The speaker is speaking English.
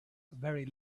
very